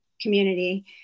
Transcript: community